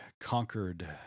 conquered